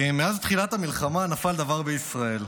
מאז תחילת המלחמה נפל דבר בישראל.